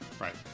Right